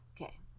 Okay